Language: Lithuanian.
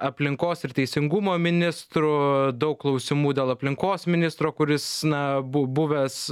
aplinkos ir teisingumo ministrų daug klausimų dėl aplinkos ministro kuris na bu buvęs